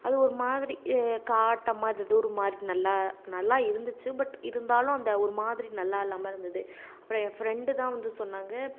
அது ஒரு மாதிரி காட்டமாக எதோ ஒரு மாதிரி நல்லா நல்லா இருந்துச்சு பட் இருந்தாலும் அந்த ஒரு மாதிரி நல்லா இல்லாமல் இருந்தது அப்புறோம் என் ஃபிரண்டு தான் வந்து சொன்னாங்க